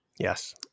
Yes